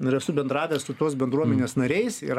ir esu bendravęs su tos bendruomenės nariais ir